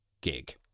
gig